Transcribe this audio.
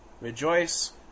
Rejoice